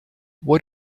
what